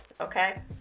Okay